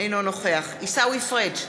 אינו נוכח עיסאווי פריג'